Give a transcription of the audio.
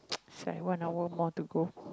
its like one hour more to go